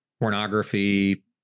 pornography